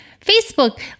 facebook